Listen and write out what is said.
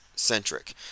centric